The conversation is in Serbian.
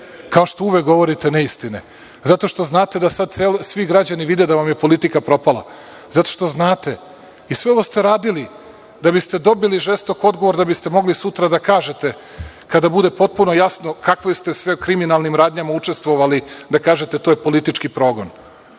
kao što uvek govorite neistine, zato što znate da sada svi građani vide da vam je politika propala, zato što znate. I sve to ste radili da biste dobili žestok odgovor, da biste mogli sutra da kažete kada bude potpuno jasno u kakvim ste svi kriminalnim radnjama učestvovali, da kažete – to je politički progon.